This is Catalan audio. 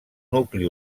nucli